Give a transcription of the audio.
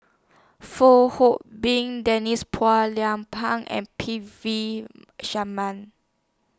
Fong Hoe Beng Denise Phua Lay Peng and P V Sharman